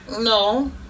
no